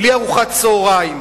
בלי ארוחת צהריים,